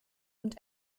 und